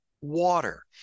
water